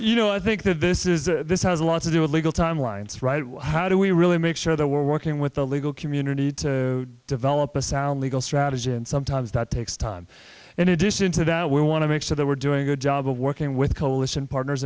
you know i think that this is a this has a lot to do a legal timelines right how do we really make sure that we're working with the legal community to develop a sound legal strategy and sometimes that takes time in addition to that we want to make sure that we're doing a good job of working with coalition partners